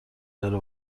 داره